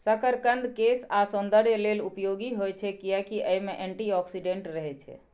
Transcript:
शकरकंद केश आ सौंदर्य लेल उपयोगी होइ छै, कियैकि अय मे एंटी ऑक्सीडेंट रहै छै